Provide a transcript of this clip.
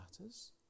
matters